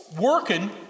working